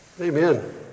Amen